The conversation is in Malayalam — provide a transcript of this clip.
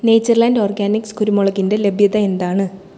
നേച്ചർ ലാൻഡ് ഓർഗാനിക്സ് കുരുമുളകിന്റെ ലഭ്യത എന്താണ്